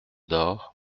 door